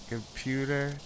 Computer